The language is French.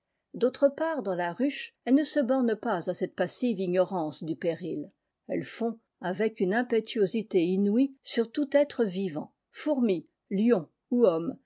d'autre part dans la ruche elle ne se borne pas à cette passive ignorance du péril elle fond avec une impétuosité inouïe sur tout être vivant fourmi lion ou